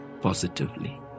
positively